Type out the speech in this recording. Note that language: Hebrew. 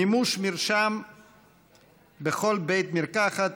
מימוש מרשם בכל בית מרקחת),